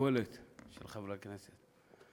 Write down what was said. לסיבולת של חברי הכנסת.